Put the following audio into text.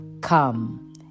Come